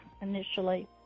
initially